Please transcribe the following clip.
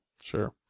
Sure